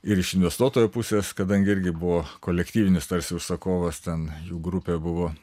ir iš investuotojo pusės kadangi irgi buvo kolektyvinis tarsi užsakovas ten jų grupė buvo